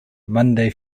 monday